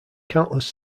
countless